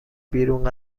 بیرون